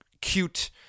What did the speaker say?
cute